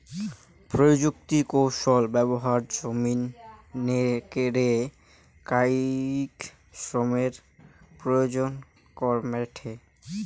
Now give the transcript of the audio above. প্রযুক্তিকৌশল ব্যবহার জমিন রে কায়িক শ্রমের প্রয়োজন কমেঠে